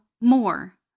more